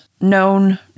known